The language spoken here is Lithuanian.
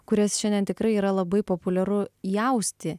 kurias šiandien tikrai yra labai populiaru įausti